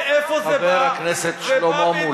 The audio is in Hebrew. אתה, אל, חבר הכנסת שלמה מולה,